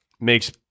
makes